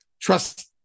trust